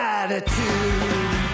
attitude